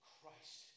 Christ